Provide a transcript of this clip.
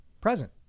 Present